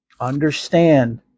understand